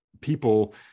people